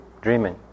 dreaming